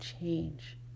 change